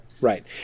Right